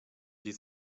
die